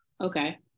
okay